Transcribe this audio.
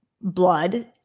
blood